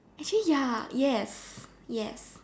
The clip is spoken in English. actually ya yes yes